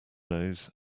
nose